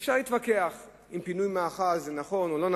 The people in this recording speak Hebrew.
אפשר להתווכח אם פינוי מאחז זה נכון או לא,